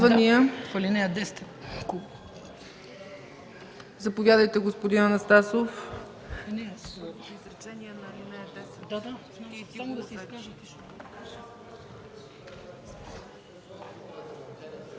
Заповядайте, господин Анастасов.